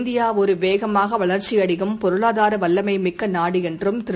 இந்தியஒருவேகமாகவளர்ச்சியடையும் பொருளாதாரவலிமைமிக்கநாடுஎன்றுதிரு